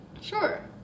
Sure